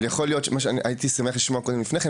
אבל מה שהייתי שמח לשמוע קודם לפני כן,